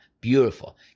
beautiful